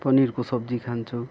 पनिरको सब्जी खान्छु